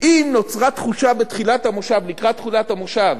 אם נוצרה תחושה בתחילת המושב, לקראת תחילת המושב,